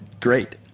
Great